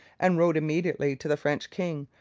and wrote immediately to the french king,